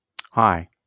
Hi